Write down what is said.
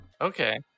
Okay